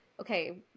okay